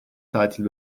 tatil